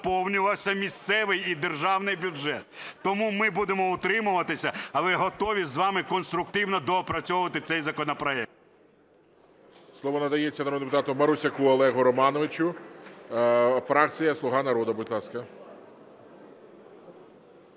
наповнювався місцевий і державний бюджет. Тому ми будемо утримуватися, але готові з вами конструктивно доопрацьовувати цей законопроект. ГОЛОВУЮЧИЙ. Слово надається народному депутату Марусяку Олегу Романовичу, фракція "Слуга народу", будь ласка.